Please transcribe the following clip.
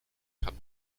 kann